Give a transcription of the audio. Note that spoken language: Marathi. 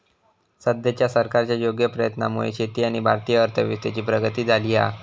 सद्याच्या सरकारच्या योग्य प्रयत्नांमुळे शेती आणि भारतीय अर्थव्यवस्थेची प्रगती झाली हा